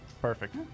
Perfect